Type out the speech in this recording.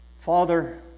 Father